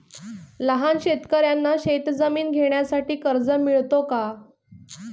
लहान शेतकऱ्यांना शेतजमीन घेण्यासाठी कर्ज मिळतो का?